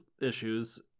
issues